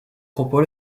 propos